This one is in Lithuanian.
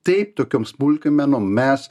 taip tokiom smulkimenom mes